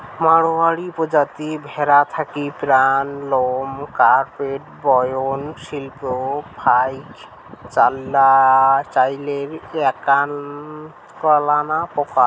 মাড়ওয়ারী প্রজাতি ভ্যাড়া থাকি প্রাপ্ত লোম কার্পেট বয়ন শিল্পত ফাইক চইলের এ্যাকনা প্রকার